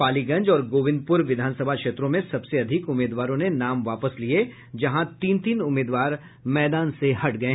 पालीगंज और गोबिंदपुर विधानसभा क्षेत्रों में सबसे अधिक उम्मीदवारों ने नाम वापस लिए जहां तीन तीन उम्मीदवार मैदान से हटे